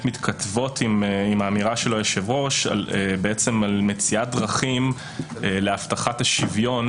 מתכתבות עם האמירה של היושב-ראש על מציאת דרכים להבטחת השוויון,